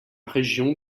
région